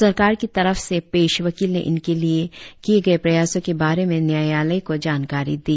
सरकार की तरफ से पेश वकील ने इनके लिए गए प्रयासों के बारे में न्यायालय को जानकारी दी